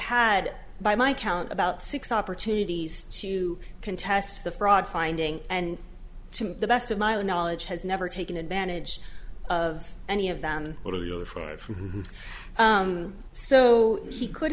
had by my count about six opportunities to contest the fraud finding and to the best of my own knowledge has never taken advantage of any of them are far from so she could